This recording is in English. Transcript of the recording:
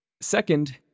Second